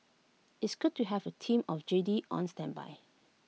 it's good to have A team of Jedi on standby